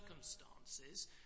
circumstances